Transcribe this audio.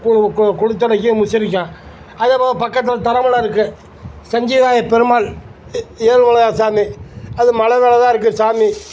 கொ கொ கொலித்தலைக்கும் முசிறிக்கும் அதே போல பக்கத்தில் தரை மலை இருக்குது சஞ்சீவிராய பெருமாள் ஏ ஏழுமலையா சாமி அது மலை மேலே தான் இருக்குது சாமி